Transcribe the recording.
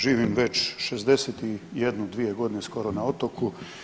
Živim već 61, 62 godine skoro na otoku.